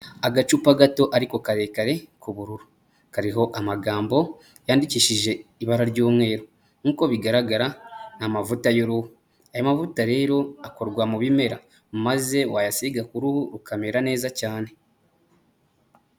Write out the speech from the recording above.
Agacupa gato ariko karekare k'ubururu, kariho amagambo yandikishije ibara ry'umweru, nk'uko bigaragara ni amavuta y'uruhu, aya mavuta rero akorwa mu bimera maze wayasiga ku ruhu rukamera neza cyane.